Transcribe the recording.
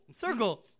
circle